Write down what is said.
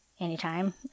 Anytime